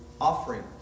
offering